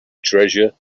treasure